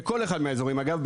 בכל אחד מהאזורים אגב,